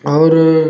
और